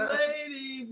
lady